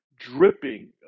dripping